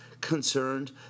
concerned